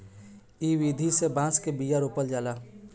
इ विधि से बांस के बिया रोपल जाला